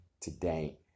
today